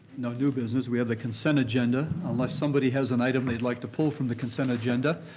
no new business. we have the consent agenda, unless somebody has an item they'd like to pull from the consent agenda.